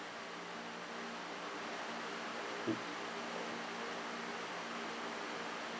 mm